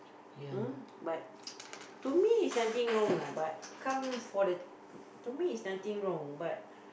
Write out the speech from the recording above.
hmm but to me is nothing wrong lah but comes for the to me is nothing wrong but